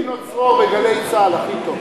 רינו צרור ב"גלי צה"ל" הכי טוב,